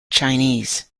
chinese